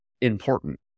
important